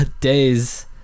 days